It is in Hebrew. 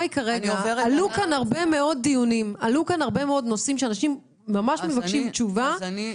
עלו הרבה מאוד נשואים שאנשים מבקשים תשובה עליהם,